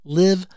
live